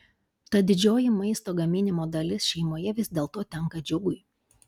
tad didžioji maisto gaminimo dalis šeimoje vis dėlto tenka džiugui